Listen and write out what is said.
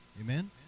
Amen